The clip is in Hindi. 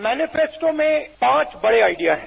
मेनिफेस्टो में पांच बड़े आइडिया है